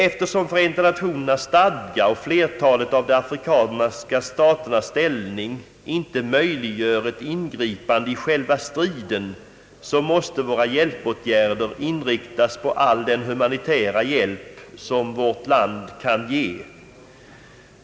Eftersom Förenta Nationernas stadgar och flertalet av de afrikanska staternas ställning inte möjliggör ett ingripande i själva striden måste våra hjälpåtgärder inriktas på all den humanitära hjälp som vårt land kan ge.